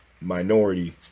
minority